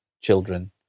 children